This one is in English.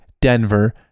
Denver